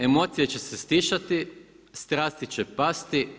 Emocije će se stišati, strasti će pasti.